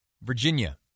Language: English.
Virginia